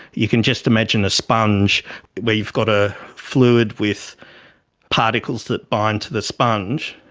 you can just imagine a sponge where you've got a fluid with particles that bind to the sponge,